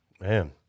man